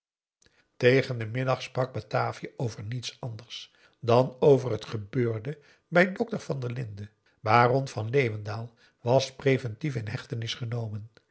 tegen den middag sprak batavia over niets anders dan over het gebeurde bij dokter van der linden baron van leeuwendaal was preventief in hechtenis genomen